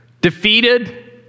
defeated